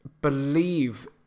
believe